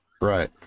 Right